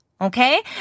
Okay